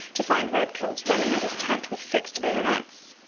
to find redcoats running at his tent with fixed bayonets.